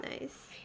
nice